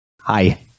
hi